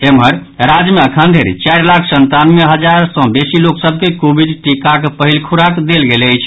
एम्हर राज्य मे अखनधरि चारि लाख संतानवे हजार सॅ बेसी लोक सभ के कोविड टीकाक पहिल खुराक देल गेल अछि